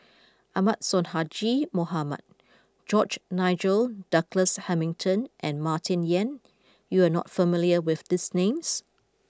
Ahmad Sonhadji Mohamad George Nigel Douglas Hamilton and Martin Yan you are not familiar with these names